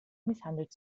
misshandelt